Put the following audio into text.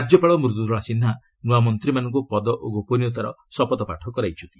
ରାଜ୍ୟପାଳ ମୃଦୁଳା ସିହ୍ନା ନୂଆ ମନ୍ତ୍ରୀମାନଙ୍କୁ ପଦ ଓ ଗୋପନୀୟତାର ଶପଥପାଠ କରାଇଛନ୍ତି